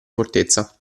fortezza